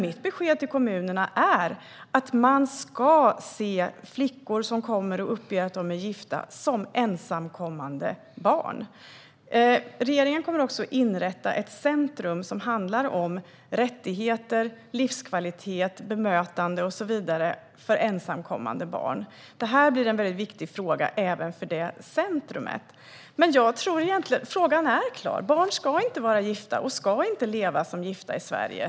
Mitt besked till kommunerna är att man ska se flickor som kommer och uppger att de är gifta som ensamkommande barn. Regeringen kommer att inrätta ett centrum som handlar om rättigheter, livskvalitet, bemötande och så vidare för ensamkommande barn. Detta blir en viktig fråga även för detta centrum. Frågan är klar: Barn ska inte vara gifta, och de ska inte leva som gifta i Sverige.